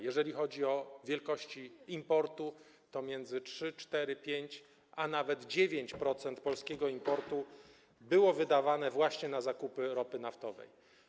Jeżeli chodzi o wielkości importu, to między 3, 4, 5, a nawet 9% polskiego importu stanowiły właśnie zakupy ropy naftowej.